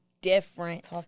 different